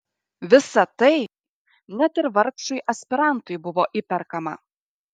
visa tai net ir vargšui aspirantui buvo įperkama